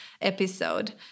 episode